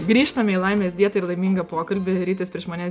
grįžtame į laimės dietą ir laimingą pokalbį rytis prieš mane